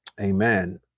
Amen